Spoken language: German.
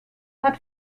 hat